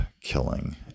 killing